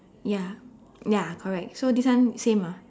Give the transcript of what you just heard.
ya ya correct so this one same ah